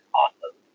awesome